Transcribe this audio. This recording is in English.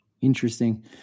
Interesting